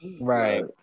right